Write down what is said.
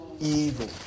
evil